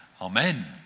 Amen